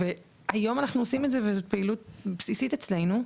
והיום אנחנו עושים את זה וזאת פעילות בסיסית אצלנו.